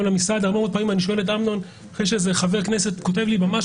גם למשרד והרבה פעמים אני שואל את אמנון אחרי שחבר כנסת כותב לי ממש